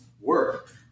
work